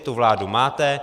Tu vládu máte.